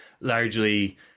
largely